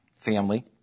Family